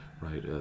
right